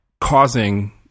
causing